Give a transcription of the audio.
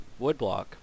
Woodblock